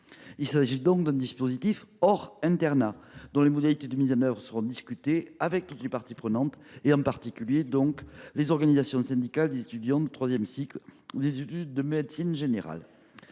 Il s’agit donc d’un dispositif hors internat, dont les modalités de mise en œuvre seront discutées avec toutes les parties prenantes, en particulier les organisations syndicales des étudiants de troisième cycle des études de médecine générale.